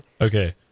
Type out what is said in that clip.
Okay